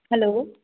hello